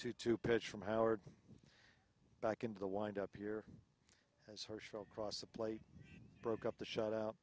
to pitch from howard back into the wind up here as her show cross the plate broke up the shut out